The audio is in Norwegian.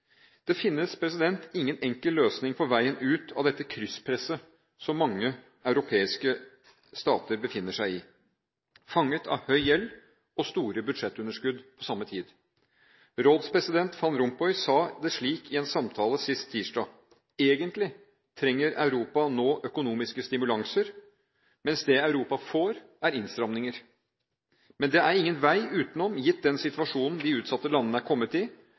Det finnes ingen enkel løsning for veien ut av dette krysspresset som mange europeiske stater befinner seg i: fanget av høy gjeld og store budsjettunderskudd på samme tid. Rådspresident van Rompuy sa det slik i en samtale sist tirsdag: Egentlig trenger Europa nå økonomiske stimulanser, mens det Europa får, er innstramninger. Men det er ingen vei utenom, gitt den situasjonen de utsatte landene er kommet i.